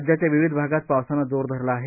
राज्याच्या विविध भागात पावसानं जोर धरला आहे